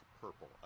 purple